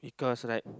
because like